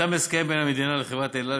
נחתם הסכם בין המדינה לחברת "אל על",